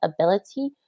ability